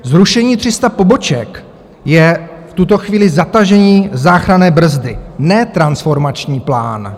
Zrušení 300 poboček je v tuto chvíli zatažení záchranné brzdy, ne transformační plán.